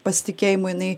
pasitikėjimui nai